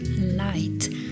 light